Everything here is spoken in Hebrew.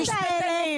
בוועדות האלה,